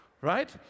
right